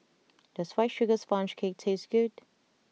does White Sugar Sponge Cake taste good